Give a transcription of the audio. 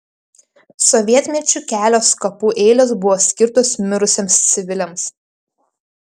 sovietmečiu kelios kapų eilės buvo skirtos mirusiems civiliams